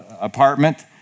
apartment